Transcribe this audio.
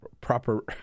proper